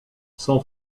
san